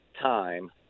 time